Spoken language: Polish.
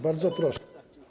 Bardzo proszę.